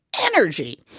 energy